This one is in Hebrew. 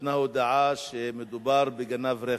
נתנה הודעה שמדובר בגנב רכב,